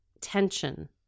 tension